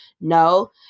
No